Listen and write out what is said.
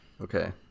okay